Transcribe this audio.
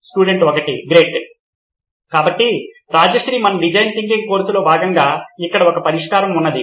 student 1 great కాబట్టి రాజ్శ్రీ మన design thinking కోర్సులో భాగంగా ఇక్కడ ఒక పరిష్కారం ఉన్నది